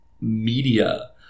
media